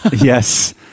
Yes